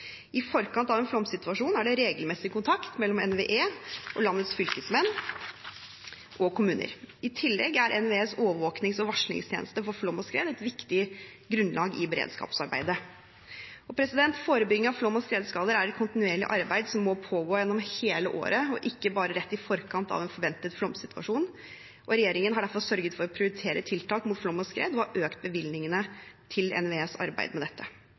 I forkant av en flomsituasjon er det regelmessig kontakt mellom NVE og landets fylkesmenn og kommuner. I tillegg er NVEs overvåknings- og varslingstjeneste for flom og skred et viktig grunnlag i beredskapsarbeidet. Forebygging av flom og skredskader er et kontinuerlig arbeid som må pågå gjennom hele året, ikke bare rett i forkant av en forventet flomsituasjon. Regjeringen har derfor sørget for å prioritere tiltak mot flom og skred og har økt bevilgningene til NVEs arbeid med dette.